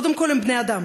קודם כול הם בני-אדם,